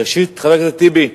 ראשית, חבר הכנסת טיבי,